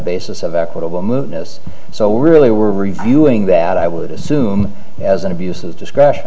basis of equitable move so really we're reviewing that i would assume as an abuse of discretion